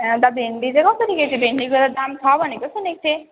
ए अन्त भिन्डी चाहिँ कसरी केजी भिन्डीको त दाम छ भनेको सुनेको थिएँ